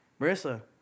Marissa